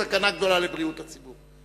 ויש סכנה גדולה לבריאות הציבור.